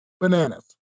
Bananas